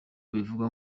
abivuga